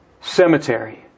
Cemetery